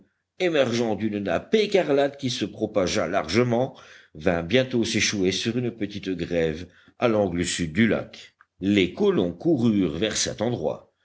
émergeant d'une nappe écarlate qui se propagea largement vint bientôt s'échouer sur une petite grève à l'angle sud du lac les colons coururent vers cet endroit